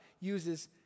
uses